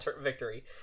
Victory